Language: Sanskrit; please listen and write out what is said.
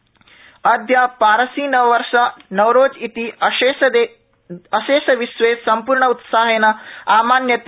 नवरोज अद्य पारसी नववर्ष नवरोजइति अशेषे हि विश्वे सम्पूर्णेत्साहेन आमान्यते